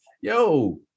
yo